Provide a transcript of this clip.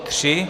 3.